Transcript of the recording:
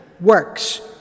works